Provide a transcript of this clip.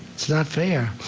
it's not fair.